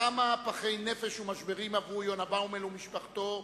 כמה פחי נפש ומשברים עברו יונה באומל ומשפחתו,